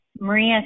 Maria